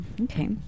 Okay